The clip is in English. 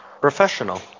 Professional